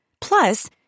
Plus